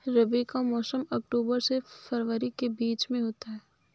रबी का मौसम अक्टूबर से फरवरी के बीच में होता है